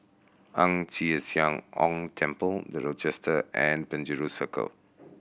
Ang Chee Sia Ong Temple The Rochester and Penjuru Circle